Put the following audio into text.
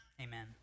amen